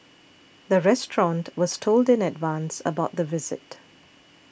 the restaurant was told in advance about the visit